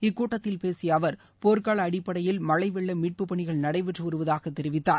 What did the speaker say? இக்கூட்டத்தில் பேசிய அவர் போர்க்கால அடிப்படையில் மழழ வெள்ள மீட்புப் பணிகள் நடைபெற்று வருவதாக தெரிவித்தார்